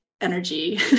energy